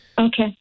Okay